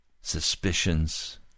suspicions